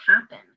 happen